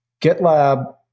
GitLab